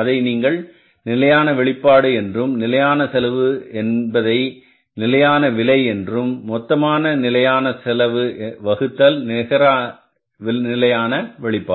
அதை நீங்கள் நிலையான வெளிப்பாடு என்றும் நிலையான செலவு என்பதை நிலையான விலை என்றும் மொத்த நிலையான செலவு வகுத்தல் நிகர நிலையான வெளிப்பாடு